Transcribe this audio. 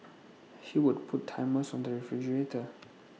he would put timers on the refrigerator